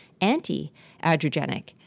anti-adrogenic